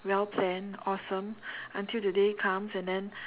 well planned awesome until the day comes and then